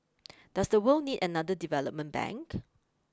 does the world need another development bank